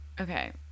okay